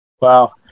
Wow